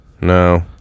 No